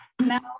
Now